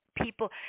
people